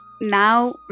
now